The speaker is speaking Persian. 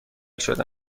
شده